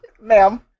Ma'am